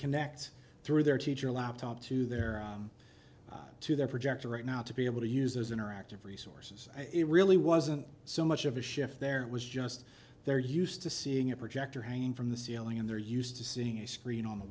connect through their teacher laptop to their to their projector right now to be able to use those interactive resources it really wasn't so much of a shift there it was just there used to seeing a projector hanging from the ceiling and they're used to seeing a screen on the